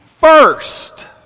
first